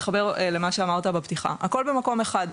מתחבר למה שאמרת בפתיחה, הכל במקום אחד.